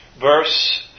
verse